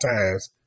times